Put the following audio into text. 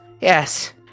Yes